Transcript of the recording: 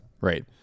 right